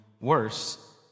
worse